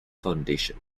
foundation